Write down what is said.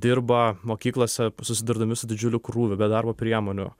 dirba mokyklose susidurdami su didžiuliu krūviu be darbo priemonių